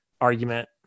argument